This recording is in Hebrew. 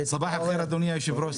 אדוני היושב ראש,